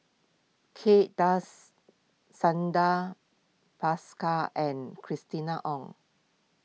Kay Das Bhaskar and Christina Ong